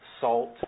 salt